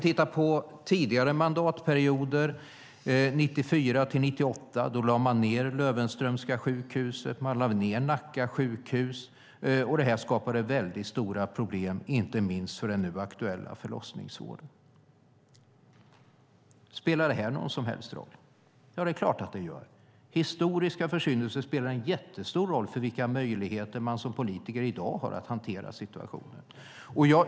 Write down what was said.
Under tidigare mandatperioder, till exempel 1994-1998, lade man ned Löwenströmska sjukhuset och Nacka sjukhus. Detta skapade stora problem, inte minst för den nu aktuella förlossningsvården. Spelar det här någon som helst roll? Ja, det är klart att det gör. Historiska försyndelser spelar en jättestor roll för vilka möjligheter man som politiker i dag har att hantera situationen.